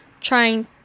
trying